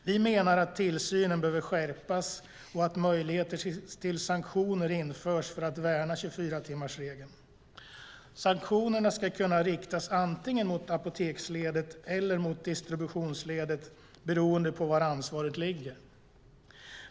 Vi menar att tillsynen behöver skärpas och att möjligheter till sanktioner införs för att värna 24-timmarsregeln. Sanktionerna ska kunna riktas antingen mot apoteksledet eller mot distributionsledet beroende på var ansvaret ligger.